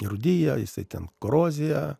rūdija jisai ten korozija